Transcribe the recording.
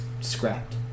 scrapped